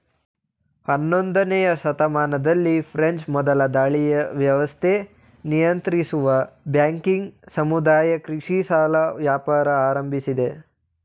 ಹನ್ನೊಂದನೇಯ ಶತಮಾನದಲ್ಲಿ ಫ್ರೆಂಚ್ ಮೊದಲ ದಲ್ಲಾಳಿವ್ಯವಸ್ಥೆ ನಿಯಂತ್ರಿಸುವ ಬ್ಯಾಂಕಿಂಗ್ ಸಮುದಾಯದ ಕೃಷಿ ಸಾಲ ವ್ಯಾಪಾರ ಆರಂಭಿಸಿದೆ